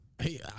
Hey